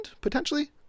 potentially